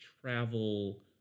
travel